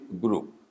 group